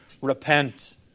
repent